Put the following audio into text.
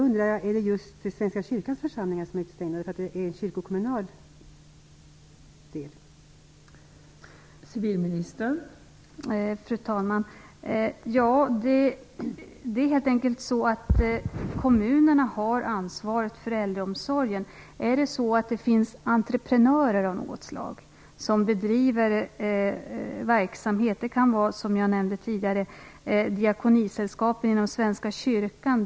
Är det just Svenska kyrkans församlingar som är utestängda, för att det rör en kyrkokommunal del?